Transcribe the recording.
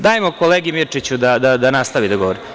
Dajmo kolegi Mirčiću da nastavi da govori.